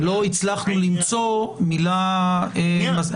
לא הצלחנו למצוא מילה בעברית.